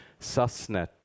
SASNET